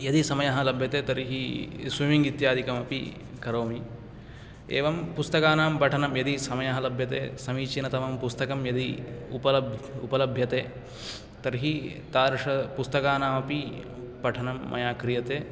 यदि समयः लभ्यते तर्हि स्विमीङ्ग् इत्यादिकमपि करोमि एवं पुस्तकानां पठनं यदि समयः लभ्यते समीचिनतममं पुस्तकम् यदि उपलब् उपलभ्यते तर्हि तादृशपुस्तकानामपि पठनं मया क्रियते